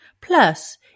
Plus